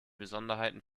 besonderheiten